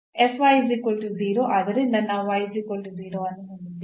ಆದ್ದರಿಂದ ನಾವು ಅನ್ನು ಹೊಂದಿದ್ದೇವೆ